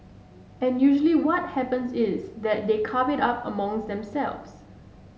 and usually what happens is that they carve it up among themselves